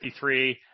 53